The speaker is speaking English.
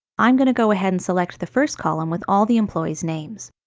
i'm going to go ahead and select the first column with all the employees' names.